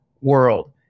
world